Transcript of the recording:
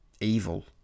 evil